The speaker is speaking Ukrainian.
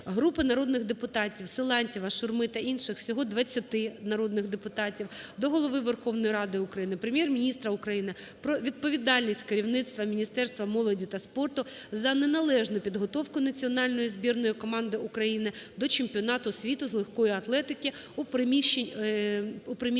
Групи народних депутатів (Силантьєва, Шурми та інших – всього 20 народних депутатів) до Голови Верховної Ради України, Прем'єр-міністра України про відповідальність керівництва Міністерства молоді та спорту за неналежну підготовку національної збірної команди України до чемпіонату світу з легкої атлетики у приміщенні